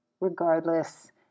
Regardless